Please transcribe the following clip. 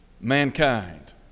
mankind